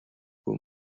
бүү